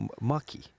mucky